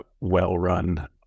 well-run